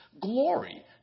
glory